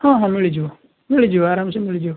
ହଁ ହଁ ମିଳିଯିବ ମିଳିଯିବ ଆରାମସେ ମିଳିଯିବ